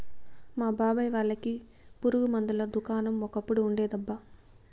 మా బాబాయ్ వాళ్ళకి పురుగు మందుల దుకాణం ఒకప్పుడు ఉండేదబ్బా